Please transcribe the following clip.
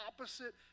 opposite